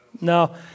No